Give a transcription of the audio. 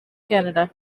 canada